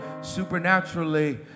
supernaturally